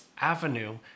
avenue